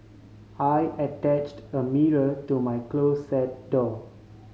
I attached a mirror to my closet door